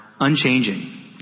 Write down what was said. unchanging